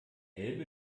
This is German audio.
elbe